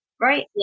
Right